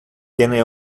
tiene